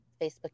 facebook